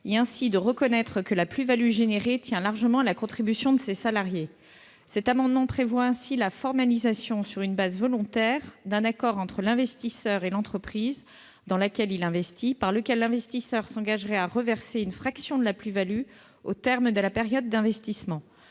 et reconnaître ainsi que la plus-value produite tient largement à la contribution de ces salariés. Cet amendement prévoit ainsi la formalisation sur une base volontaire d'un accord entre l'investisseur et l'entreprise dans laquelle il investit, par lequel celui-ci s'engagerait à reverser une fraction de la plus-value au terme de la période d'investissement.